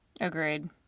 Agreed